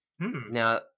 Now